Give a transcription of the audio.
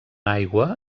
aigua